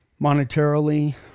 Monetarily